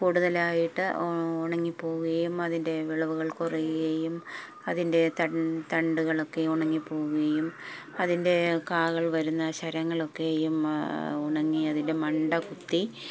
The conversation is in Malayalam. കൂടുതലായിട്ട് ഉണങ്ങിപ്പോവുകയും അതിൻ്റെ വിളവുകൾ കുറയുകയും അതിൻ്റെ തണ്ടുകളൊക്കെ ഉണങ്ങിപ്പോവുകയും അതിൻ്റെ കായ്കൾ വരുന്ന ശരങ്ങളൊക്കെയും ഉണങ്ങി അതിൻ്റെ മണ്ട കുത്തി